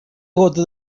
gota